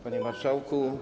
Panie Marszałku!